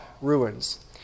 ruins